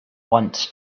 once